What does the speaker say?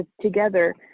together